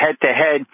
head-to-head